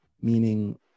meaning